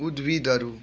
उद्भिदहरू